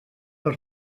per